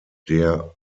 der